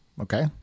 Okay